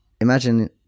imagine